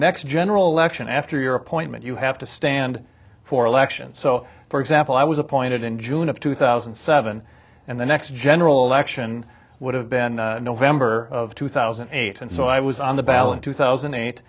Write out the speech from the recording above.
next general election after your appointment you have to stand for election so for example i was appointed in june of two thousand and seven and the next general election would have been november of two thousand and eight and so i was on the ballot two thousand and eight